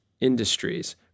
industries